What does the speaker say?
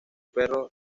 perro